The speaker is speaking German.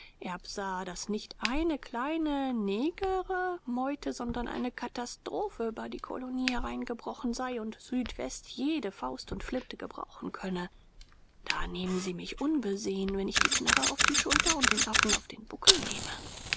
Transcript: daß nicht eine kleine neger e meute sondern eine katastrophe über die kolonie hereingebrochen sei und südwest jede faust und flinte gebrauchen könne da nehmen sie mich unbesehen wenn ich die knarre auf die schulter und den affen auf den buckel nehme